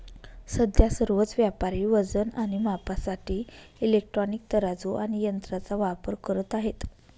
सध्या सर्वच व्यापारी वजन आणि मापासाठी इलेक्ट्रॉनिक तराजू आणि यंत्रांचा वापर करत आहेत